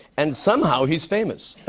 and somehow he's famous.